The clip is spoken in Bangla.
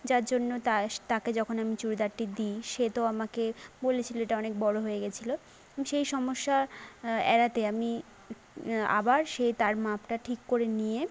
যার জন্য তাকে যখন আমি চুড়িদারটি দি সে তো আমাকে বলেছিলো এটা অনেক বড়ো হয়ে গিয়েছিলো সেই সমস্যা এড়াতে আমি আবার সেই তার মাপটা ঠিক করে নিয়ে